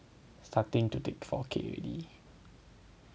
starting to take four K already